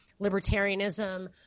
libertarianism